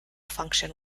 function